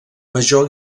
major